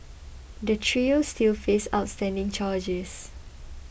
the trio still face outstanding charges